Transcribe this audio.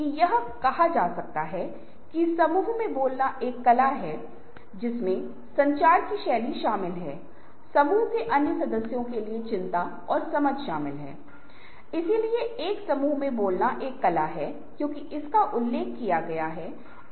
तो इसलिए नौकरी करना हर दिन की नौकरी आज का काम आज ही करना सबसे अच्छा विकल्प है और अगर कोई जटिल काम है तो आप जटिल नौकरी को विभिन्न घटकों में तोड़ सकते हैं जैसा कि आप इंजीनियरिंग में एक समस्या को हल करते हैं